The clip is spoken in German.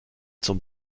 zum